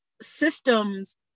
systems